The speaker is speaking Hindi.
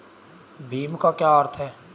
भीम का क्या अर्थ है?